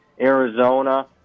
Arizona